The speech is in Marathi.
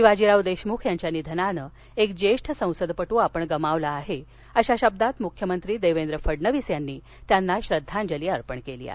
शिवाजीराव देशमुख यांच्या निधनानं एक ज्येष्ठ संसदपट्र आपण गमावला आहे अशा शब्दात मुख्यमंत्री देवेंद्र फडणवीस यांनी त्यांना श्रद्धांजली अर्पण केली आहे